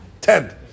ten